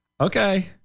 Okay